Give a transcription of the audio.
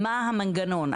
מה המנגנון?